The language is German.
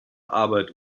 arbeit